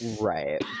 Right